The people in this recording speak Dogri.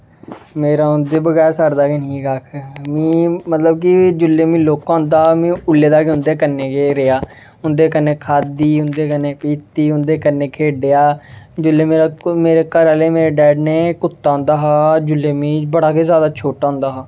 मेरा उं'दे बगैर सरदा गै नेईं हा कक्ख मीं मतलब कि जेल्लै में लौह्का होंदा हा में ओल्लै दा गै उं'दे कन्नै रेहा उं'दे कन्नै खाद्धी उं'दे कन्नै पीती उं'दे कन्नै खेढेआ जेल्लै मेरे घरे आह्लें मेरे डैडी ने कुत्ता आंदा हा जेल्लै में बड़ा गै जादा छोटा होंदा हा